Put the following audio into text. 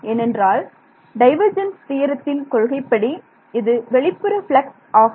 ஏனென்றால் டைவர்ஜென்ஸ் தியரத்தின் கொள்கைப்படி இது வெளிப்புற பிளக்ஸ் ஆகும்